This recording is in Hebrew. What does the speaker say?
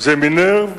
"מנרב",